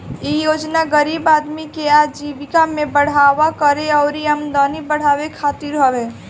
इ योजना गरीब आदमी के आजीविका में बढ़ावा करे अउरी आमदनी बढ़ावे खातिर हवे